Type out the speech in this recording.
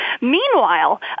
Meanwhile